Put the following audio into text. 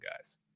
guys